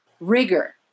rigor